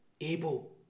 able